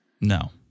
No